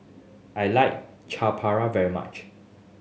I like Chaat Papri very much